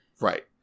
Right